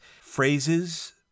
phrases